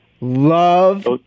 Love